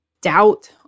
doubt